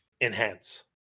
enhance